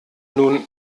nun